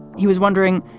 he was wondering,